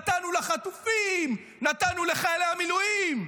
נתנו לחטופים, נתנו לחיילי המילואים.